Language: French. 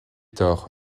tort